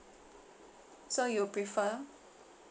so you'll prefer